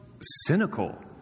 cynical